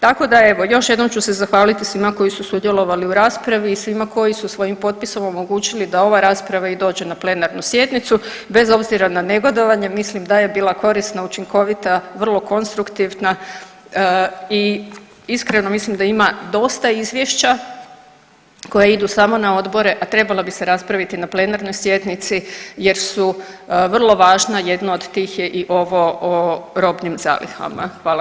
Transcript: Tako da evo, još jednom ću se zahvaliti svima koji su sudjelovali u raspravi i svima koji su svojim potpisom omogućili da ova rasprava i dođe na plenarnu sjednicu bez obzira na negodovanje, mislim da je bila korisna, učinkovita, vrlo konstruktivna i iskreno mislim da ima dosta izvješća koja idu samo na odbore, a trebala bi se raspraviti na plenarnoj sjednici jer su vrlo važna, jedno od tih je i ovo o robnim zalihama.